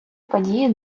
події